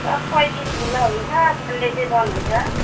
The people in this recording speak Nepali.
सब दिन खुला हुन्छ सन्डे चाहिँ बन्द हुन्छ